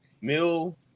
Mill